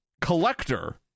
collector